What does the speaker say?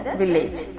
village